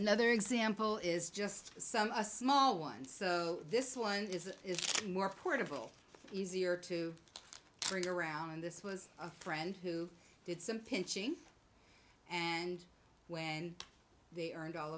another example is just a small one so this one is more portable easier to carry around and this was a friend who did some pitching and when they earned all